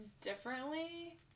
differently